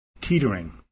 Teetering